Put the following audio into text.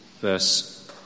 verse